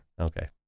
Okay